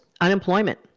unemployment